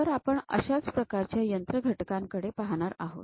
तर आपण अशाच प्रकारच्या यंत्र घटकांकडे पाहणार आहोत